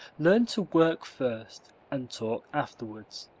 learn to work first and talk afterwards.